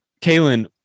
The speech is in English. Kaylin